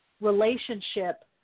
relationship